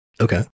Okay